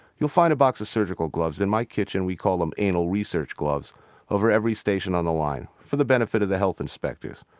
you'll find a box of surgical gloves in my kitchen we call them anal-research gloves over every station on the line, for the benefit of the health inspectors,